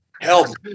Help